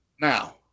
Now